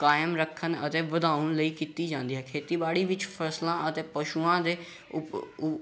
ਕਾਇਮ ਰੱਖਣ ਅਤੇ ਵਧਾਉਣ ਲਈ ਕੀਤੀ ਜਾਂਦੀ ਹੈ ਖੇਤੀਬਾੜੀ ਵਿੱਚ ਫ਼ਸਲਾਂ ਅਤੇ ਪਸ਼ੂਆਂ ਦੇ ਉਪ ਉ